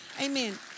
Amen